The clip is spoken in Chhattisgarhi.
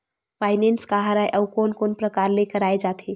फाइनेंस का हरय आऊ कोन कोन प्रकार ले कराये जाथे?